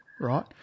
right